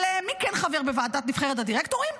אבל מי כן חבר בוועדת נבחרת הדירקטורים?